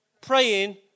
praying